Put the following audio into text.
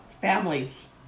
families